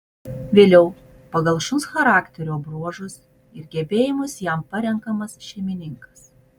vėliau pagal šuns charakterio bruožus ir gebėjimus jam parenkamas šeimininkas